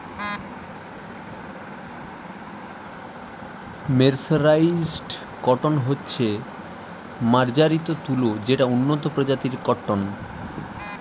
mercerised cotton হচ্ছে মার্জারিত তুলো যেটা উন্নত প্রজাতির কট্টন